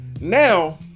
now